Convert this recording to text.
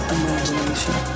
imagination